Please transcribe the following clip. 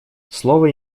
слово